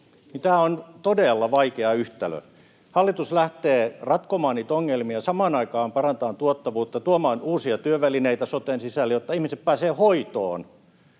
Tämä on todella vaikea yhtälö. Hallitus lähtee ratkomaan niitä ongelmia, samaan aikaan parantamaan tuottavuutta ja tuomaan uusia työvälineitä soten sisälle, jotta ihmiset pääsevät hoitoon.